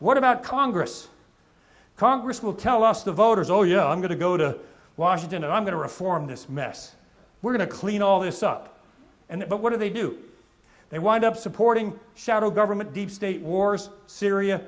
what about congress congress will tell us the voters oh yeah i'm going to go to washington and i'm going to reform this mess we're going to clean all this up and but what do they do they wind up supporting shadow government deep state wars syria